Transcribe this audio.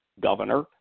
governor